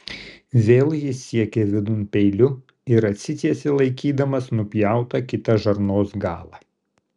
vėl jis siekė vidun peiliu ir atsitiesė laikydamas nupjautą kitą žarnos galą